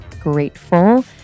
grateful